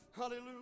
Hallelujah